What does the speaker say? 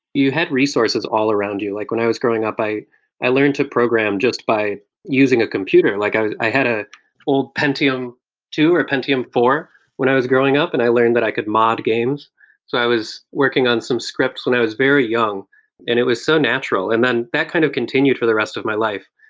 you had resources all around you. like when i was growing up i i learned to program just by using a computer. like i i had a old pentium two, or pentium four when i was growing up and i learned that i could mod games so i was working on some scripts when i was very young and it was so natural. and then then that kind of continued for the rest of my life.